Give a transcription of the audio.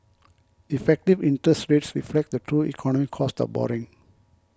effective interest rates reflect the true economic cost of borrowing